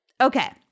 Okay